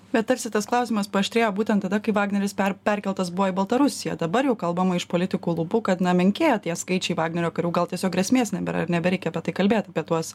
bet tarsi tas klausimas paaštrėjo būtent tada kai vagneris per perkeltas buvo į baltarusiją dabar jau kalbama iš politikų lūpų kad na menkėja tie skaičiai vagnerio karių gal tiesiog grėsmės nebėra ir nebereikia apie tai kalbėt apie tuos